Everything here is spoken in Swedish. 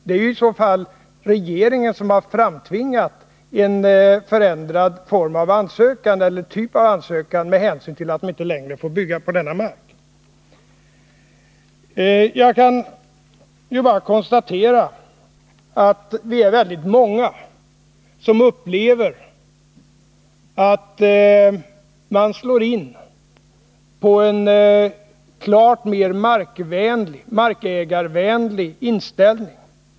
Det är i så fall regeringen som har framtvingat en förändrad form av ansökan eller typ av ansökan på grund av att det inte längre är tillåtet att bygga på Jag kan konstatera att väldigt många upplever att regeringen nu har en mycket mera markägarvänlig inställning.